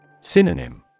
Synonym